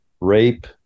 Rape